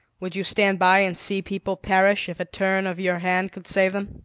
would you stand by and see people perish if a turn of your hand could save them?